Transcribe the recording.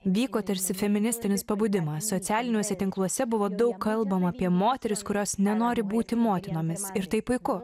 vyko tarsi feministinis pabudimas socialiniuose tinkluose buvo daug kalbama apie moteris kurios nenori būti motinomis ir tai puiku